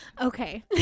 Okay